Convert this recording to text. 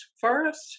first